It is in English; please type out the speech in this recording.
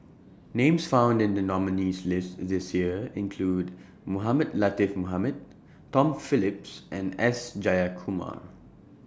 Names found in The nominees' list This Year include Mohamed Latiff Mohamed Tom Phillips and S Jayakumar